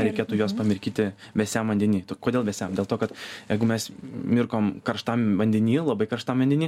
reikėtų jos pamirkyti vėsiam vandeny tai kodėl visiems dėl to kad kodėl vėsiam dėl to kad jeigu mes mirkom karštam vandeny labai karštam vandeny